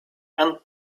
and